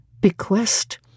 bequest